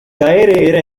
era